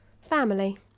family